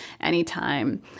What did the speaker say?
anytime